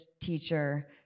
teacher